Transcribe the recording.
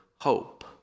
hope